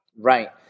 right